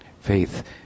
faith